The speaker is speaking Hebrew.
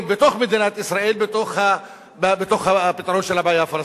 בתוך מדינת ישראל בפתרון של הבעיה הפלסטינית.